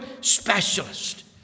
specialist